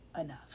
enough